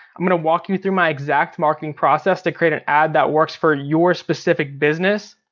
i'm gonna walk you through my exact marketing process to create an ad that works for your specific business.